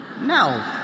No